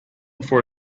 for